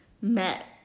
met